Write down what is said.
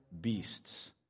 beasts